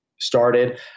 started